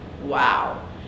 Wow